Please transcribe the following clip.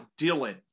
Dylan